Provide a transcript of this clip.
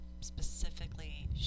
specifically